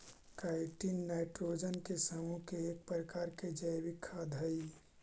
chitin nitrogen के समूह के एक प्रकार के जैविक खाद हई